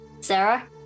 sarah